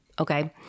okay